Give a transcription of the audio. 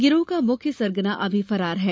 गिरोह का मुख्य सरगना अभी फरार है